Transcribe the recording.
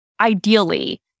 Ideally